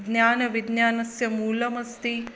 ज्ञानविज्ञानस्य मूलमस्ति